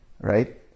right